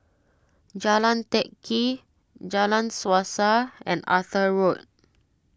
Jalan Teck Kee Jalan Suasa and Arthur Road